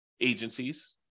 agencies